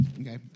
Okay